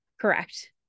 Correct